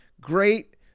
Great